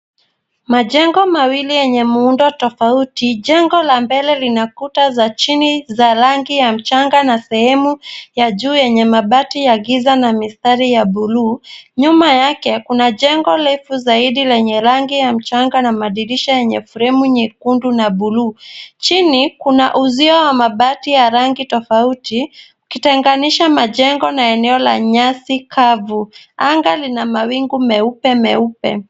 Majegno mawili yenye muundo tofauti. Jengo la mbele lina kuta za chini za rangi ya mchanga na sehemu ya juu yenye mabati ya giza na mistari ya buluu. Nyuma yake kuna jengo refu zaidi lenye rangi ya mchanga na madirisha yenye fremu nyekundu na buluu. Chini kuna uzio wa mabati wa rangi tofauti ukitenganisha majengo na eneo la nyasi kavu. Anga lina mawingu meupemeupe.